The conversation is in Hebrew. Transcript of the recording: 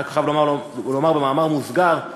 אני רק חייב לומר במאמר מוסגר,